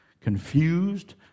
confused